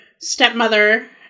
stepmother